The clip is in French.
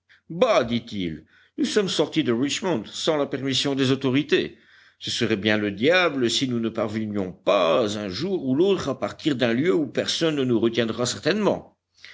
bah dit-il nous sommes sortis de richmond sans la permission des autorités ce serait bien le diable si nous ne parvenions pas un jour ou l'autre à partir d'un lieu où personne ne nous retiendra certainement